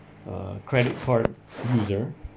a credit card user